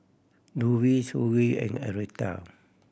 Louise Hughie and Aretha